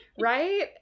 right